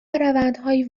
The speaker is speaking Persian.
روندهایی